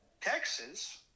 Texas